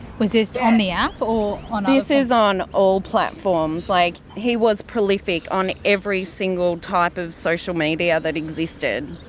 was this on the app or? ah this is on all platforms like he was prolific on every single type of social media that existed.